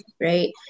right